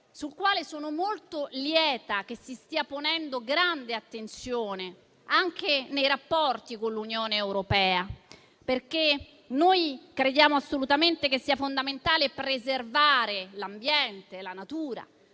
sul quale sono molto lieta che si stia ponendo grande attenzione, anche nei rapporti con l'Unione europea. Crediamo infatti che sia assolutamente fondamentale preservare l'ambiente e la natura,